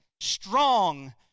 strong